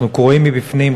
אנחנו קרועים מבפנים.